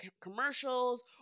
commercials